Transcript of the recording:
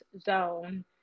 zone